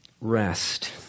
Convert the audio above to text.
Rest